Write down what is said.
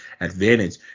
advantage